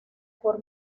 por